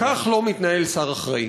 כך לא מתנהל שר אחראי.